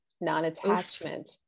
non-attachment